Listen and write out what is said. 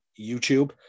YouTube